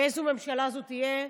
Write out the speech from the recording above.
ואיזו ממשלה זו תהיה,